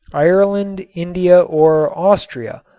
ireland, india or austria,